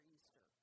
Easter